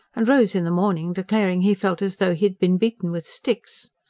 and rose in the morning declaring he felt as though he had been beaten with sticks.